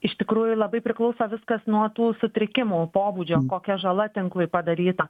iš tikrųjų labai priklauso viskas nuo tų sutrikimų pobūdžio kokia žala tinklui padaryta